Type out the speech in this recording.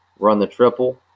RunTheTriple